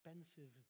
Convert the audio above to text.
expensive